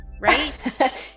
right